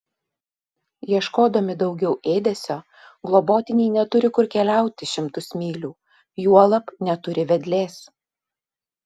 ieškodami daugiau ėdesio globotiniai neturi kur keliauti šimtus mylių juolab neturi vedlės